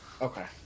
Okay